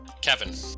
Kevin